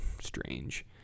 strange